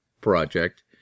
project